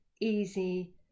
easy